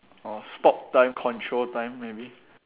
or stop time control time maybe